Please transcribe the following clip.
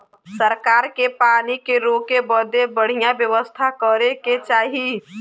सरकार के पानी के रोके बदे बढ़िया व्यवस्था करे के चाही